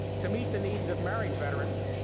to meet the needs of married veterans,